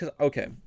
Okay